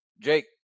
Jake